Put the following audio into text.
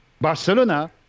Barcelona